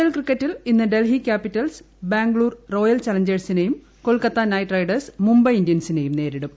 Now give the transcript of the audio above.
L ക്രിക്കറ്റിൽ ഇന്ന് Delhi Capitals Bangalore Royal ചലഞ്ചേഴ്സിനേയും കൊൽക്കത്താ നൈറ്റ് റൈഡേഴ്സ് മുംബൈ ഇൻഡ്യൻസിനേയും നേരിടും